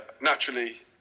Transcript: naturally